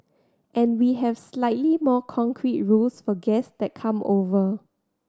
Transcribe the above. and we have slightly more concrete rules for guest that come over